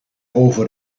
over